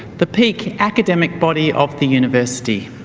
the peak academic body of the university.